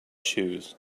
choose